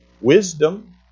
wisdom